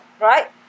Right